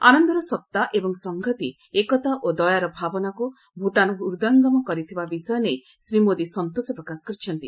ଆନନ୍ଦର ସତ୍ତା ଏବଂ ସଂହତି ଏକତା ଓ ଦୟାର ଭାବନାକୁ ଭୂଟାନ୍ ହୃଦୟଙ୍ଗମ କରିଥିବା ବିଷୟ ନେଇ ଶ୍ରୀ ମୋଦି ସନ୍ତୋଷ ପ୍ରକାଶ କରିଛନ୍ତି